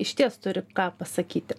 išties turi ką pasakyti